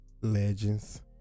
legends